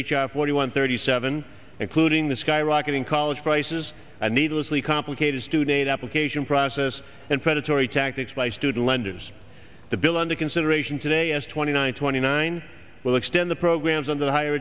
want thirty seven including the skyrocketing college prices and needlessly complicated student application process and predatory tactics by student lenders the bill under consideration today as twenty nine twenty nine will extend the programs on the higher